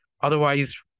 otherwise